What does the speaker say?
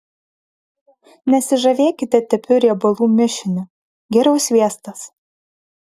nesižavėkite tepiu riebalų mišiniu geriau sviestas